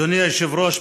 אדוני היושב-ראש,